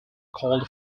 called